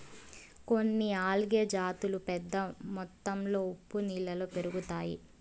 కొన్ని ఆల్గే జాతులు పెద్ద మొత్తంలో ఉప్పు నీళ్ళలో పెరుగుతాయి